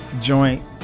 joint